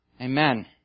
Amen